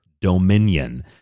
dominion